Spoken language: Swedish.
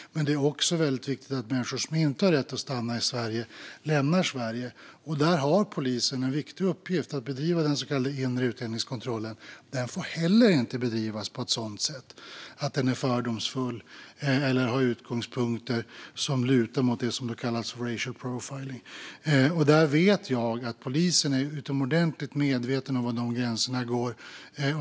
Men det är också väldigt viktigt att människor som inte har rätt att stanna i Sverige lämnar Sverige. Att bedriva den så kallade inre utlänningskontrollen är alltså en viktig uppgift för polisen. Men den får inte bedrivas på ett sådant sätt att den är fördomsfull eller har utgångspunkter som lutar mot det som kallas för racial profiling. Jag vet att polisen är utomordentligt medveten om var de gränserna går.